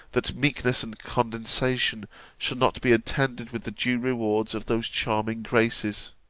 that meekness and condescension should not be attended with the due rewards of those charming graces